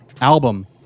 album